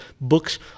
books